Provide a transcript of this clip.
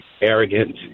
arrogant